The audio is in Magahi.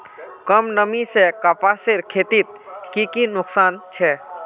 कम नमी से कपासेर खेतीत की की नुकसान छे?